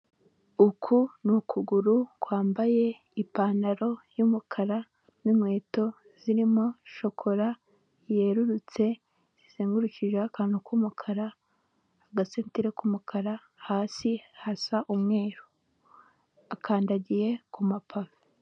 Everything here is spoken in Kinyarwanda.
Uku ni ukuguru kwambaye ipantaro y'umukara n'inkweto zirimo shokora yerurutse, zizengurukijeho akantu k'umukara, agasentire k'umukara, hasi hasa umweru. Akandagiye ku mapave.